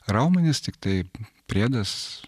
raumenys tik tai priedas